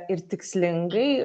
ir tikslingai